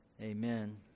Amen